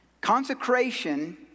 Consecration